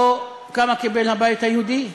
או, כמה קיבל הבית היהודי?